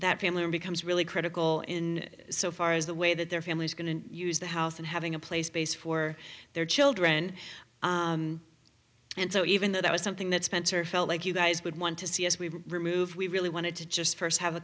that family becomes really critical in so far as the way that their families are going to use the house and having a place base for their children and so even though that was something that spencer felt like you guys would want to see as we've removed we really wanted to just first have a